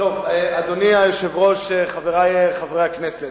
אדוני היושב-ראש, חברי חברי הכנסת,